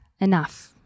enough